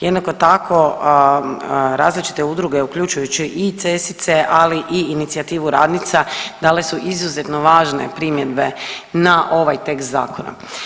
Jednako tako, različite udruge, uključujući i CESIce, ali i inicijativu radnica, dale su izuzetno važne primjedbe na ovaj tekst zakona.